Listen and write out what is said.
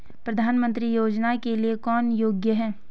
प्रधानमंत्री योजना के लिए कौन योग्य है?